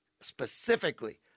Specifically